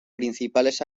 principales